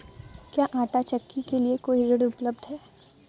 क्या आंटा चक्की के लिए कोई ऋण उपलब्ध है?